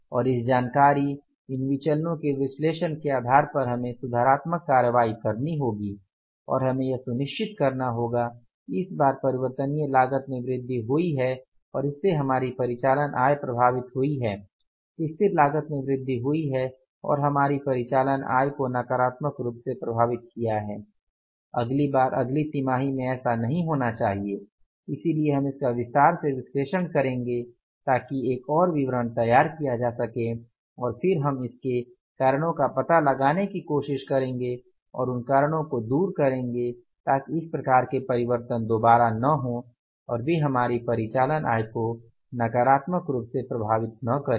और इस जानकारी इन विचलनो के विश्लेषण के आधार पर हमें सुधारात्मक कार्रवाई करनी होगी और हमें यह सुनिश्चित करना होगा कि इस बार परिवर्तनीय लागत में वृद्धि हुई है और इससे हमारी परिचालन आय प्रभावित हुई है स्थिर लागत में वृद्धि हुई है और हमारी परिचालन आय को नकारात्मक रूप से प्रभावित किया है अगली बार अगली तिमाही में ऐसा नहीं होना चाहिए इसलिए हम इसका विस्तार से विश्लेषण करेंगे ताकि एक और विवरण तैयार किया जा सके और फिर हम इसके कारणों का पता लगाने की कोशिश करेंगे और उन कारणों को दूर करेंगे ताकि इस प्रकार के परिवर्तन दोबारा न हों और वे हमारी परिचालन आय को नकारात्मक रूप से प्रभावित न करे